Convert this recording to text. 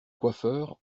coiffeurs